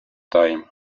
time